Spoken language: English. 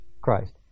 Christ